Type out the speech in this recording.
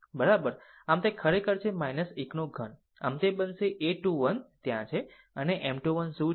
આમ આ ખરેખર છે 1 ઘન આમ તે બનશે a 21 ત્યાં છે અનેM 21 શું છે